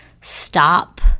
stop